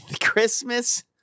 Christmas